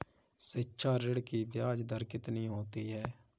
शिक्षा ऋण की ब्याज दर कितनी होती है?